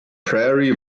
prairie